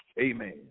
Amen